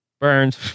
Burned